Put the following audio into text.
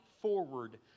forward